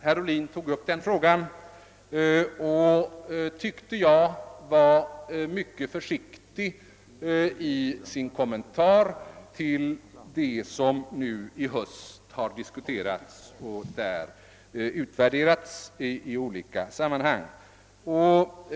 Herr Ohlin tog upp den frågan men var enligt min mening mycket försiktig i sin kommentar till det som nu i höst har diskuterats och utvärderats i olika sammanhang.